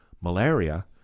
malaria